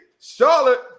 Charlotte